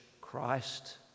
Christ